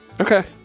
Okay